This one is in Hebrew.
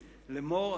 לאמור,